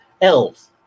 elves